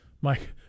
Mike